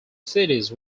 cities